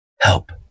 Help